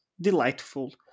Delightful